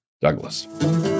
Douglas